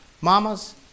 Mamas